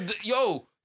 Yo